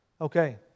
Okay